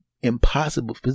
impossible